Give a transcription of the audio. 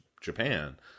Japan